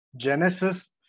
genesis